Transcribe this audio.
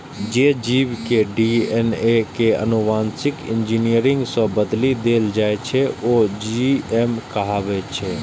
जे जीव के डी.एन.ए कें आनुवांशिक इंजीनियरिंग सं बदलि देल जाइ छै, ओ जी.एम कहाबै छै